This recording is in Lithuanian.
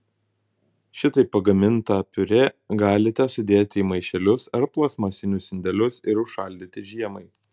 šitaip pagamintą piurė galite sudėti į maišelius ar plastmasinius indelius ir užšaldyti žiemai